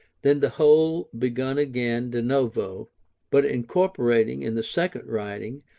then the whole begun again de novo but incorporating, in the second writing,